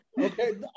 Okay